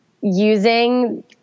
using